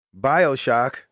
Bioshock